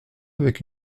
avec